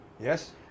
Yes